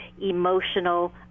emotional